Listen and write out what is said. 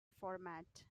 format